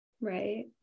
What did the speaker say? Right